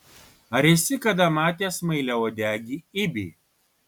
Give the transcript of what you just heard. ar esi kada matęs smailiauodegį ibį